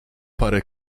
parę